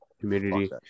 community